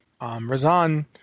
Razan